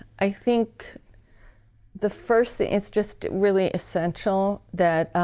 i think the first thing is just really essential that